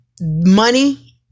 money